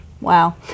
Wow